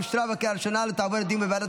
אושרה בקריאה הראשונה ותעבור לדיון בוועדת